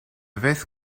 vez